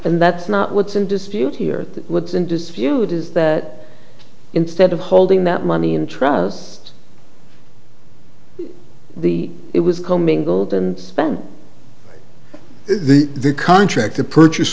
and that's not what's in dispute here what's in dispute is that instead of holding that money in trust the it was comingled and spent the contract the purchase